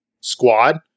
squad